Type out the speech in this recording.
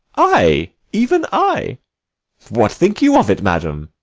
i, even i what think you of it, madam?